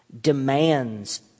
demands